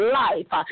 life